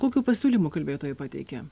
kokių pasiūlymų kalbėtojai pateikė